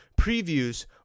previews